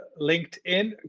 LinkedIn